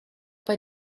bei